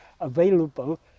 available